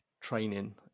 training